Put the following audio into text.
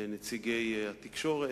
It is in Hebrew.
נציגי התקשורת,